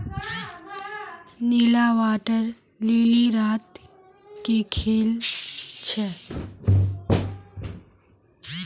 नीला water lily रात के खिल छे